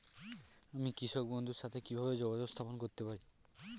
আমি কৃষক বন্ধুর সাথে কিভাবে যোগাযোগ স্থাপন করতে পারি?